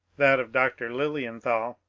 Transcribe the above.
that of dr. lilienthal,